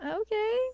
okay